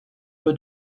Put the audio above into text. peu